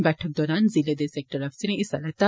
बैठक दौरान जिले दे सैक्टर अफसरें हिस्सा लैता